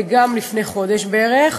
וגם לפני חודש בערך,